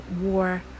war